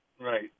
Right